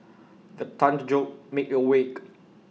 the thunder jolt me awake